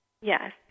Yes